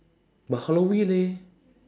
but halloween leh